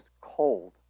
cold